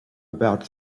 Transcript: about